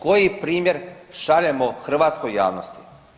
Koji primjer šaljemo hrvatskoj javnosti?